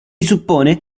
suppone